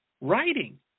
writing